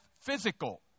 physical